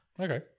Okay